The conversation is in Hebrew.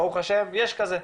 ברוך השם יש כזה.